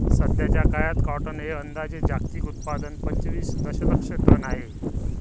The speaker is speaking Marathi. सध्याचा काळात कॉटन हे अंदाजे जागतिक उत्पादन पंचवीस दशलक्ष टन आहे